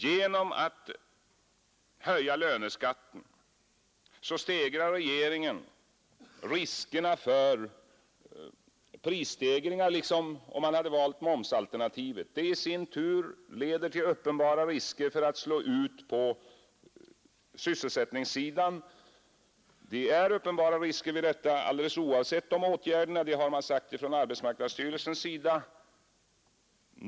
Genom att höja löneskatten ökar regeringen riskerna för prisstegringar liksom om man hade valt momsalternativet. Det i sin tur leder till uppenbara risker för verkningar på sysselsättningssidan. Det finns uppenbara risker för detta alldeles oavsett åtgärderna, har man sagt från arbetsmarknadsstyrelsen.